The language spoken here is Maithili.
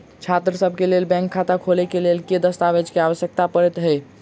छात्रसभ केँ लेल बैंक खाता खोले केँ लेल केँ दस्तावेज केँ आवश्यकता पड़े हय?